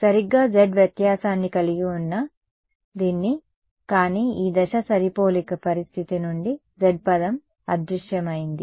సరిగ్గా z వ్యత్యాసాన్ని కలిగి ఉన్న వ్యక్తి కానీ ఈ దశ సరిపోలిక పరిస్థితి నుండి z పదం అదృశ్యమైంది